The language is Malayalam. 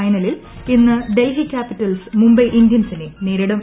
എൽ ഫൈനലിൽ ഇന്ന് ഡൽഹി ക്യാപിറ്റൽസ് മുംബൈ ഇന്ത്യൻസിനെ നേരിടും